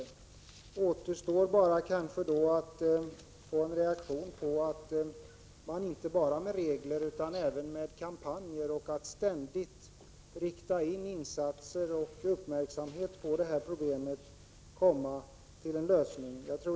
Det som återstår är kanske därmed bara en reaktion på tanken att man inte bara med regler utan även med kampanjer och andra insatser som ständigt riktar uppmärksamheten på problemet kan komma fram till en lösning.